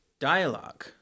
Dialogue